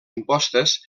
impostes